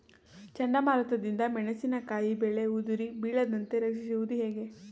ಚಂಡಮಾರುತ ದಿಂದ ಮೆಣಸಿನಕಾಯಿ ಬೆಳೆ ಉದುರಿ ಬೀಳದಂತೆ ರಕ್ಷಿಸುವುದು ಹೇಗೆ?